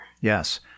Yes